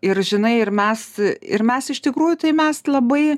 ir žinai ir mes ir mes iš tikrųjų tai mes labai